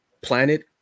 planet